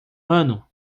ano